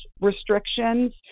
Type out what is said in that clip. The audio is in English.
restrictions